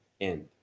end